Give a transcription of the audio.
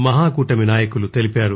మహాకూటమి నాయకులు తెలిపారు